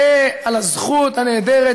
אנחנו גם הלכנו לבג"ץ נגד המדינה,